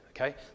okay